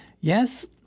Yes